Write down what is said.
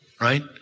right